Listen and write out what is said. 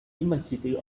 immensity